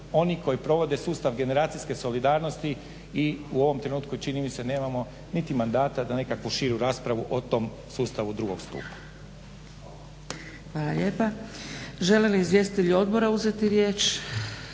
oni koji provode sustav generacijske solidarnosti i u ovom trenutku čini mi se nemamo niti mandata da nekakvu širu raspravu o tom sustavu drugog stupa. **Zgrebec, Dragica (SDP)** Hvala lijepa. Žele li izvjestitelji odbora uzeti riječ?